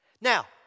Now